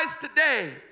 today